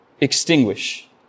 extinguish